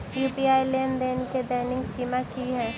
UPI लेनदेन केँ दैनिक सीमा की है?